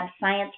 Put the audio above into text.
science